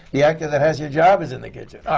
the actor that has your job is in the kitchen.